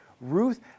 Ruth